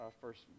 first